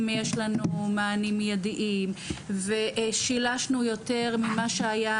יש לנו מענים מיידיים ושילשנו יותר ממה שהיה,